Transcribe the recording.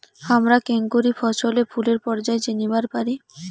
হামরা কেঙকরি ফছলে ফুলের পর্যায় চিনিবার পারি?